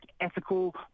ethical